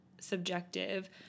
subjective